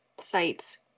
sites